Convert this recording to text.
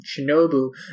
Shinobu